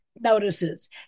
notices